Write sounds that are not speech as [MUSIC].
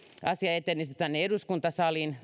asia etenisi tänne eduskuntasaliin [UNINTELLIGIBLE]